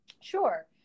Sure